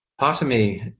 part of me,